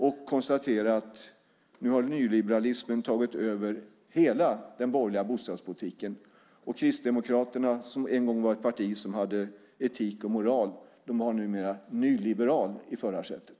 Man kan konstatera att nu har nyliberalismen tagit över hela den borgerliga bostadspolitiken. Och Kristdemokraterna, som en gång var ett parti som hade etik och moral, har numera en nyliberal i förarsätet.